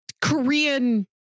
Korean